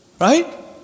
Right